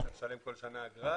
צריך לשלם כל שנה אגרה,